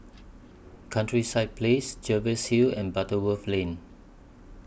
Countryside Place Jervois Hill and Butterworth Lane